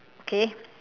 okay